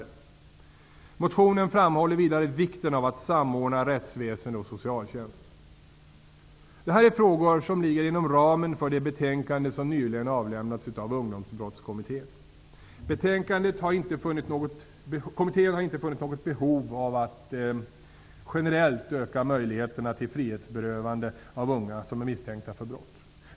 Motionen framhåller vidare vikten av att samordna rättsväsende och socialtjänst. Det här är frågor som ligger inom ramen för det betänkande som nyligen avlämnats av Ungdomsbrottskommittén. Kommittén har inte funnit något behov av att generellt öka möjligheterna till frihetsberövande av unga som är misstänkta för brott.